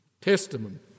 Testament